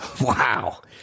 Wow